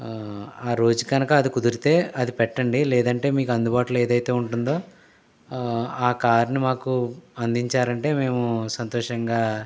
ఆరోజు కనుక అది కుదిరితే అది పెట్టండి లేదంటే మీకు అందుబాటులో ఏదైతే ఉంటుందో ఆ కార్ ని మాకు అందించారంటే మేము సంతోషంగా